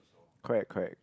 correct correct